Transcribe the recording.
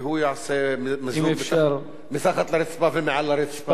והוא יעשה מיזוג מתחת לרצפה ומעל לרצפה.